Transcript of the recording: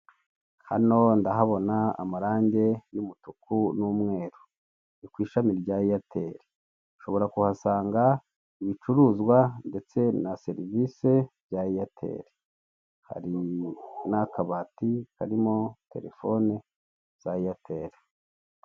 Hano ndahabona amarangi y'umutuku n'umweru ni ku ishami rya eyateli ushobora kuhasanga ibicuruzwa ndetse na serivisi bya eyateli hari n'akabati karimo telefone za eyateli.